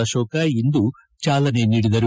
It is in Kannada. ಅಕೋಕ ಇಂದು ಚಾಲನೆ ನೀಡಿದರು